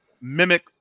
mimic